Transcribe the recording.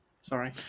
Sorry